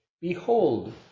behold